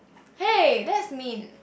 hey that's mean